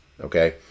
okay